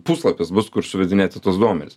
puslapis bus kur suvedinėti tuos duomenis